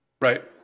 Right